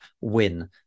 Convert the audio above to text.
win